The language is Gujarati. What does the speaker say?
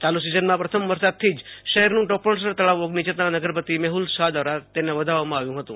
ચાલુ સિઝનના પ્રથમ વરસાદથી જ શહેરનું ટોપણસર તળાવ ઓગની જતાં નગરપતિ મેહુલ શાહ દ્વારા તેને વધાવવામાં આવ્યું હતું